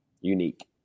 unique